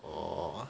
orh